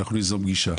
אנחנו ניזום פגישה